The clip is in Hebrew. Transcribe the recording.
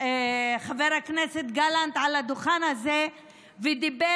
חבר הכנסת גלנט על הדוכן הזה ודיבר